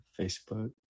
Facebook